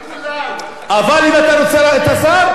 אבל אם אתה רוצה את השר, גם את השר.